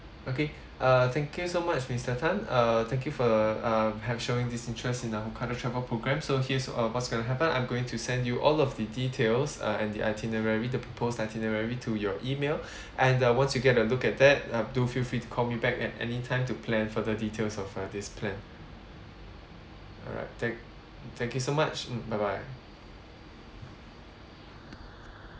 okay uh thank you so much mister tan uh thank you for uh have showing this interest in our kind of travel programmes so here's uh what's going to happen I'm going to send you all of the details uh and the itinerary the proposed itinerary to your email and uh once you get a look at that uh do feel free to call me back at any time to plan further details of uh this plan alright thank thank you so much mm bye bye